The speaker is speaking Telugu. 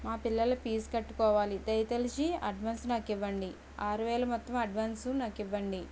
మా పిల్లల ఫీజ్ కట్టుకోవాలి దయతలచి అడ్వాన్స్ నాకు ఇవ్వండి ఆరువేల మొత్తం అడ్వాన్సు నాకు ఇవ్వండి